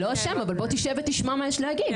לא אשם, אבל בוא תשב ותשמע מה יש להגיד.